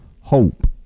hope